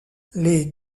les